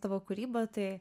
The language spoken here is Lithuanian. tavo kūrybą tai